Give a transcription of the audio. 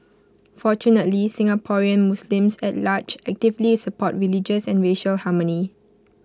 fortunately Singaporean Muslims at large actively support religious and racial harmony